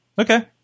Okay